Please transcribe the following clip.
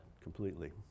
completely